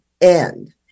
end